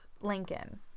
Lincoln